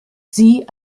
sie